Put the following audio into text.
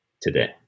today